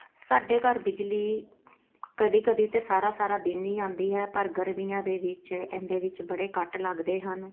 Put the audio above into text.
ਸਾਡੇ ਘਰ ਬਿਜਲੀ ਕਦੇ ਕਦੇ ਤਾਂ ਸਾਰਾ ਸਾਰਾ ਦਿਨ ਹੀ ਆਉਂਦੀ ਹੈ ਪਰ ਗਰਮੀਆਂ ਦੇ ਵਿੱਚ ਇਹਦੇ ਵਿੱਚ ਬੜੇ ਕੱਟ ਲੱਗਦੇ ਹਨ